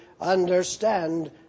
understand